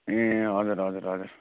ए हजुर हजुर हजुर